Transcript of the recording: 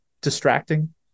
distracting